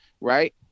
right